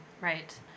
Right